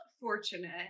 fortunate